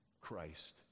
Christ